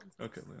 Okay